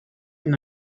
from